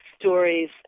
stories